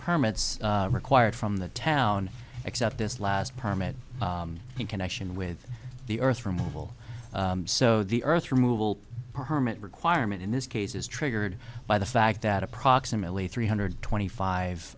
permits required from the town except this last permit in connection with the earth removal so the earth removal permit requirement in this case is triggered by the fact that approximately three hundred twenty five